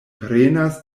prenas